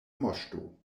moŝto